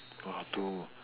ah doh